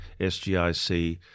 SGIC